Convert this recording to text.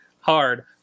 hard